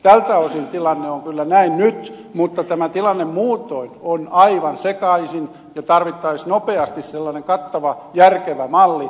tältä osin tilanne on kyllä näin nyt mutta tämä tilanne muutoin on aivan sekaisin ja tarvittaisiin nopeasti sellainen kattava järkevä malli